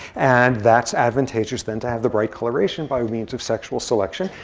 and that's advantageous, then, to have the bright coloration by means of sexual selection.